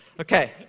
Okay